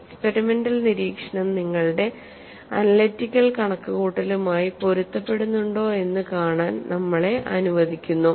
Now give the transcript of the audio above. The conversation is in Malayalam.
എക്സ്പെരിമെന്റൽ നിരീക്ഷണം നിങ്ങളുടെ അനാലിറ്റിക്കൽ കണക്കുകൂട്ടലുമായി പൊരുത്തപ്പെടുന്നുണ്ടോ എന്ന് കാണാൻ നമ്മളെ അനുവദിക്കുന്നു